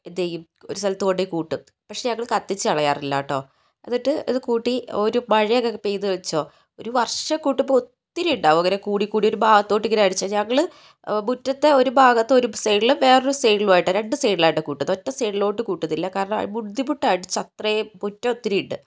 എന്തു ചെയ്യും ഒരു സ്ഥലത്ത് കൊണ്ടു പോയി കൂട്ടും പക്ഷെ ഞങ്ങൾ കത്തിച്ചു കളയാറില്ല കേട്ടോ എന്നിട്ട് അത് കൂട്ടി ഒരു മഴയൊക്കെ പെയ്ത് വെച്ചോ ഒരു വർഷം കൂട്ടുമ്പോൾ ഒത്തിരി ഉണ്ടാകും അങ്ങനെ കൂടി കൂടി ഒരു ഭാഗത്തോട്ട് ഇങ്ങനെ അടിച്ച് ഞങ്ങൾ മുറ്റത്തെ ഒരു ഭാഗത്ത് ഒരു സൈഡിലും വേറൊരു സൈഡിലുമായിട്ട് രണ്ട് സൈഡിലായിട്ടാണ് കൂട്ടുന്നത് ഒറ്റ സൈഡിലോട്ടു കൂട്ടുന്നില്ല കാരണം ബുദ്ധിമുട്ടാണ് അടിച്ചത്രയും മുറ്റമൊത്തിരിയുണ്ട്